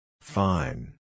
Fine